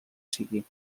sigui